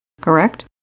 Correct